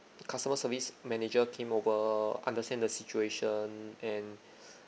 customer service manager came over understand the situation and